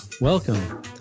welcome